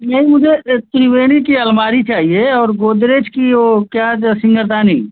नहीं मुझे त्रिवेड़ी की अलमारी चाहिए और गोदरेज की ओ क्या जो सिंगरदानी